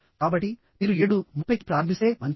కాబట్టి మీరు 730 కి ప్రారంభిస్తే మంచిది